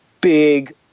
big